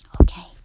Okay